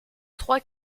trois